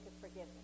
forgiveness